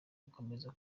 gukomeza